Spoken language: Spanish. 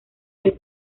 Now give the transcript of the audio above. del